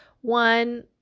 One